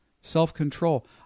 Self-control